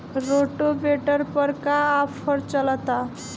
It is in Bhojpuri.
रोटावेटर पर का आफर चलता?